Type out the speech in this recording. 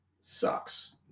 sucks